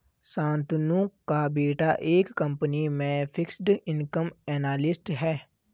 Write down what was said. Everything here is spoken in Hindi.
शांतनु का बेटा एक कंपनी में फिक्स्ड इनकम एनालिस्ट है